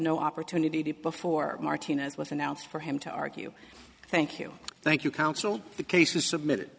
no opportunity before martinez was announced for him to argue thank you thank you counsel the case was submitted